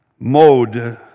Mode